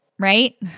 right